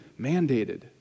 mandated